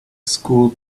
school